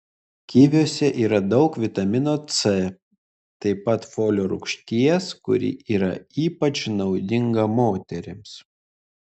kiviuose yra daug vitamino c taip pat folio rūgšties kuri yra ypač naudinga moterims